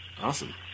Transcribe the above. Awesome